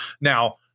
Now